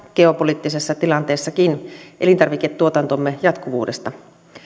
geopoliittisessa tilanteessa elintarviketuotantomme jatkuvuudesta